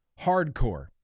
hardcore